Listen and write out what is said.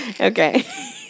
Okay